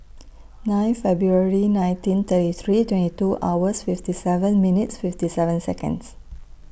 nine February nineteen thirty three twenty two hours fifty seven minutes fifty seven Seconds